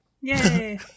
Yay